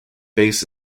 base